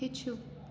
ہیٚچھِو